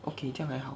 okay 这样还好